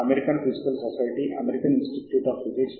text అనే text ఫైల్గా data మీ డెస్క్టాప్కు చేరే బటన్